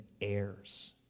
heirs